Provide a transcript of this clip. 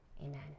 amen